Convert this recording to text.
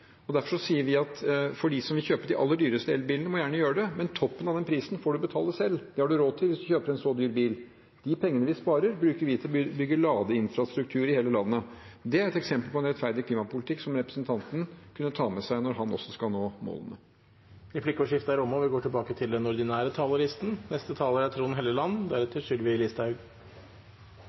Derfor sier vi at de som vil kjøpe de aller dyreste elbilene, gjerne må gjøre det, men toppen av den prisen får de betale selv. Det har man råd til hvis man kjøper en så dyr bil. De pengene vi sparer, bruker vi til å bygge ladeinfrastruktur i hele landet. Det er et eksempel på en rettferdig klimapolitikk som representanten kan ta med seg når han også skal nå målene. Replikkordskiftet er omme. Høyre har et kortsiktig hovedmål: Vi